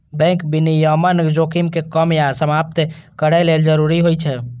bank विनियमन जोखिम कें कम या समाप्त करै लेल जरूरी होइ छै